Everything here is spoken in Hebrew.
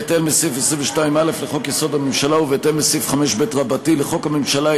בהתאם לסעיף 22(א) לחוק-יסוד: הממשלה ובהתאם לסעיף 5ב לחוק הממשלה,